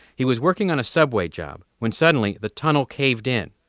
he was working on a subway job when suddenly the tunnel caved in.